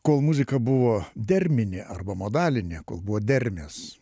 kol muzika buvo derminė arba modalinė kol buvo dermės